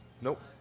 Nope